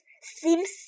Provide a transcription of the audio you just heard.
seems